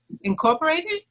Incorporated